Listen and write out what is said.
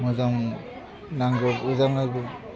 मोजां नांगौ मोजां नांगौ